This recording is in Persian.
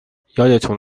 یادتون